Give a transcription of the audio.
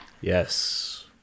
Yes